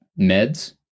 meds